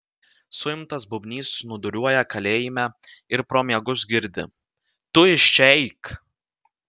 suimtas bubnys snūduriuoja kalėjime ir pro miegus girdi tu iš čia eik